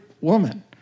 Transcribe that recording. woman